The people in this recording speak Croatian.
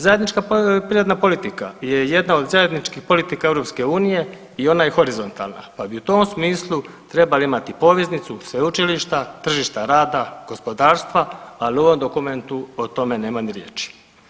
Zajednička privredna politika je jedna od zajedničkih politika EU i ona je horizontalna, pa bi u tom smislu trebali imati poveznicu sveučilišta, tržišta rada, gospodarstva ali u ovom dokumentu o tome nema ni riječi.